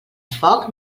foc